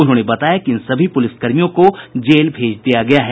उन्होंने बताया कि इन सभी पूलिसकर्मियों को जेल भेज दिया गया है